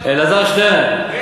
אלעזר, אלעזר, אל